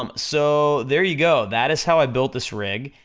um so, there you go, that is how i built this rig,